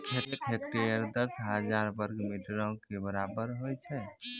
एक हेक्टेयर, दस हजार वर्ग मीटरो के बराबर होय छै